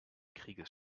krieges